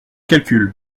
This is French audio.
calcul